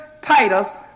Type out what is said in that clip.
Titus